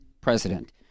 president